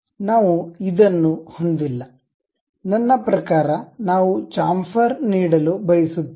ನಾವು ಇದನ್ನು ಹೊಂದಿಲ್ಲ ನನ್ನ ಪ್ರಕಾರ ನಾವು ಚಾಂಫರ ನೀಡಲು ಬಯಸುತ್ತೇವೆ